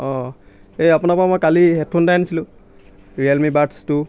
অঁ এই আপোনাৰপৰা মই কালি হেডফোন এটা আনিছিলোঁ ৰিয়েলমি বাড্ছ টু